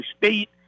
State